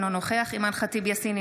אינו נוכח אימאן ח'טיב יאסין,